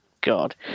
God